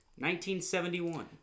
1971